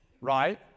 right